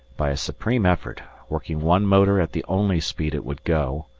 by a supreme effort, working one motor at the only speed it would go,